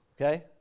okay